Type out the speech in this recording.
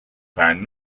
found